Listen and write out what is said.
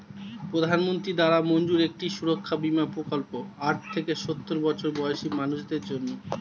প্রধানমন্ত্রী দ্বারা মঞ্জুর একটি সুরক্ষা বীমা প্রকল্প আট থেকে সওর বছর বয়সী মানুষদের জন্যে